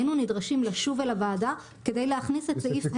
היינו נדרשים לשוב אל הוועדה כדי להכניס את סעיף (ה).